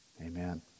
Amen